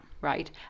Right